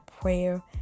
prayer